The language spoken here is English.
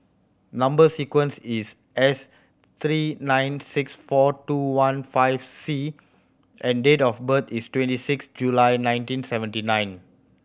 number sequence is S three nine six four two one five C and date of birth is twenty six July nineteen seventy nine